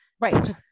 Right